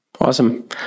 Awesome